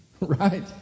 right